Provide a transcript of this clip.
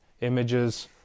images